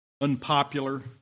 unpopular